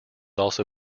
also